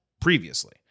previously